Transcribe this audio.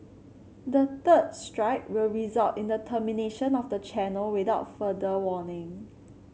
the third strike will result in the termination of the channel without further warning